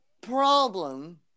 problem